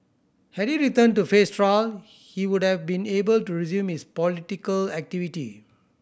had he returned to face trial he would have been able to resume his political activity